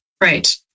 Right